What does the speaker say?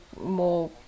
more